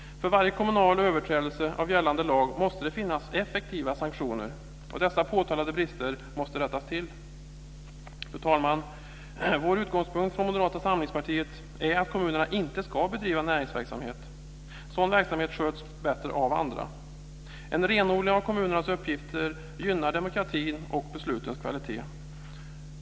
För varje kommunal överträdelse av gällande lag måste det finnas effektiva sanktioner. Dessa påtalade brister måste rättas till. Fru talman! Vår utgångspunkt från Moderata samlingspartiet är att kommunerna inte ska bedriva näringsverksamhet. Sådan verksamhet sköts bättre av andra. En renodling av kommunernas uppgifter gynnar demokratin och beslutens kvalitet.